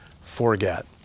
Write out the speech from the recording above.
forget